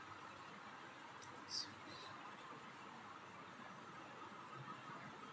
softwood कँटीले झाड़ीदार पेड़ हैं जो पतझड़ में अपना काँटा नहीं त्यागते